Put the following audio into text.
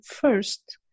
first